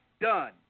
done